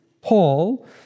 Paul